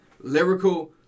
lyrical